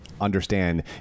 understand